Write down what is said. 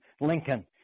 lincoln